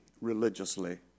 religiously